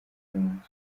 primus